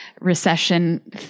recession